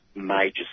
major